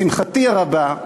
לשמחתי הרבה,